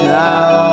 now